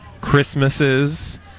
Christmases